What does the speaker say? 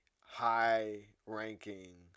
high-ranking